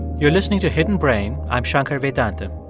you're listening to hidden brain. i'm shankar vedantam.